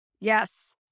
Yes